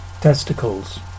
Testicles